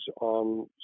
on